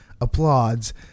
applauds